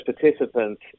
participants